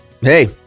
Hey